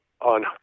on